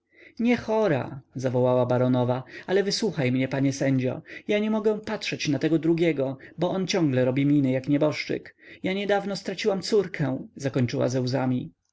nie chora zawołała baronowa ale wysłuchaj mnie panie sędzio ja nie mogę patrzeć na tego drugiego bo on ciągle robi miny jak nieboszczyk ja niedawno straciłam córkę zakończyła ze łzami